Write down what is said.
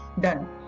done